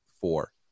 four